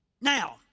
Now